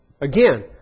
again